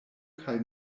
kaj